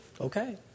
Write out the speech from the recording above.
okay